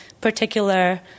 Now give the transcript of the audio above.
particular